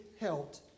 helped